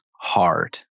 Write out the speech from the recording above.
hard